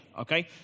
okay